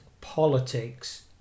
politics